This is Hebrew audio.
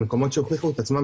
במקומות שהוכיחו את עצמם,